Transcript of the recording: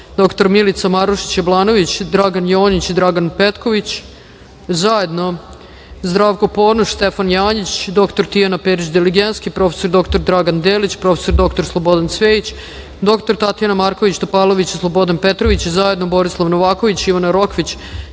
dr Milica Marušić Jablanović, Dragan Jonjić i Dragan Petković; zajedno Zdravko Ponoš, Stefan Janjić, dr Tijana Perić Diligenski, prof. dr Dragan Delić, prof. dr Slobodan Cvejić, dr Tatjana Marković Topalović i Slobodan Petrović; zajedno Borislav Novaković, Ivana Rokvić,